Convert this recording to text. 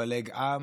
לפלג עם